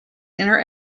inner